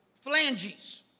Phalanges